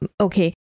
okay